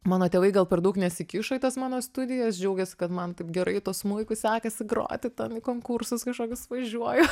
mano tėvai gal per daug nesikišo į tas mano studijas džiaugėsi kad man taip gerai tuo smuiku sekasi groti ten į konkursus kažkokius važiuoju